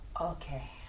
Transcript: Okay